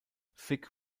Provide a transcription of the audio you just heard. fick